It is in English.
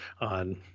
on